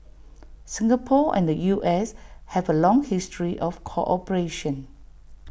Singapore and the U S have A long history of cooperation